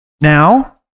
Now